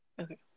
okay